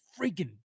freaking